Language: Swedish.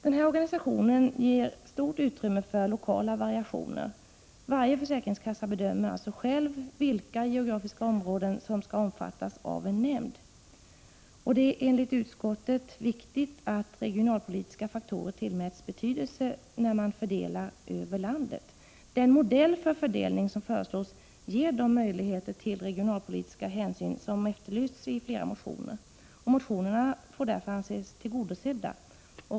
Den organisationen ger stort utrymme för lokala variationer. Varje försäkringskassa bedömer alltså själv vilka geografiska områden som skall omfattas av en nämnd. Det är enligt utskottet viktigt att regionalpolitiska faktorer tillmäts betydelse vid fördelningen över landet. Den modell för fördelning som föreslås ger de möjligheter till regionalpolitiska hänsyn som efterlysts i flera motioner. Önskemålen i motionerna får anses tillgodosedda.